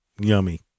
yummy